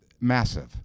massive